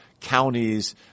counties